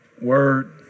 Word